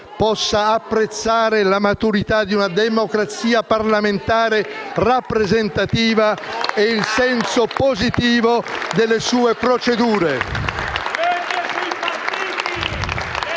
possa apprezzare la maturità di una democrazia parlamentare rappresentativa e il senso positivo delle sue procedure.